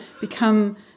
become